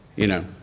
you know,